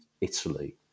Italy